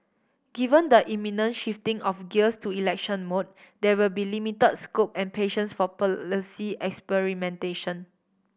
given the imminent shifting of gears to election mode there will be limit scope and patience for policy experimentation